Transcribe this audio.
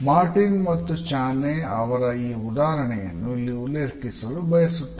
Martin ಅವರ ಈ ಉದಾಹರಣೆಯನ್ನು ಇಲ್ಲಿ ಉಲ್ಲೇಖಿಸಲು ಬಯಸುತ್ತೇನೆ